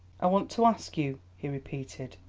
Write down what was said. i want to ask you, he repeated,